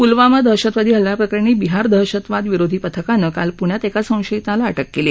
पुलवामा दहशतवादी हल्ला प्रकरणी बिहार दहशतवाद विरोधी पथकानं काल पुण्यात एका संशयिताला अटक केली